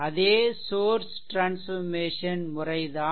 அதே source transformation முறை தான்